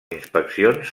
inspeccions